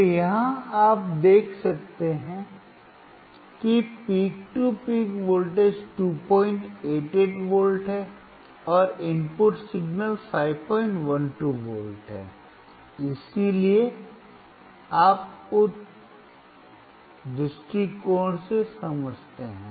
तो यहां आप देख सकते हैं कि peak to peak voltage 288V है और इनपुट सिग्नल 512V है इसलिए आप उस दृष्टिकोण से समझते हैं